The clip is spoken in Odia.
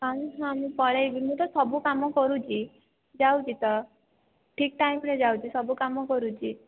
ନାଇଁ ନାନୀ ପଳାଇବି ମୁଁ ତ ସବୁ କାମ କରୁଛି ଯାଉଛି ତ ଠିକ୍ ଟାଇମ୍ ରେ ଯାଉଛି ସବୁ କାମ କରୁଛି